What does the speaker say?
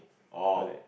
orh